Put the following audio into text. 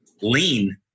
lean